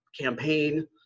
campaign